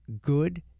good